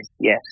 yes